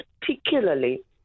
particularly